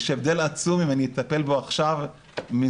יש הבדל עצום אם אני אטפל בו עכשיו מזה